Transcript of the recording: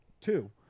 Two